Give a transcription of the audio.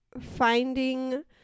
finding